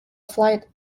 flight